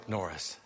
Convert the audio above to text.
Norris